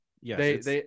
Yes